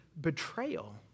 betrayal